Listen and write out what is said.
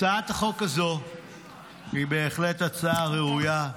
הצעת החוק הזאת היא בהחלט הצעה ראויה.